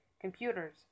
computers